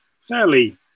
fairly